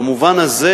במובן הזה